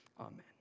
Amen